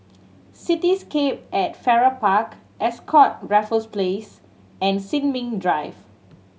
Cityscape at Farrer Park Ascott Raffles Place and Sin Ming Drive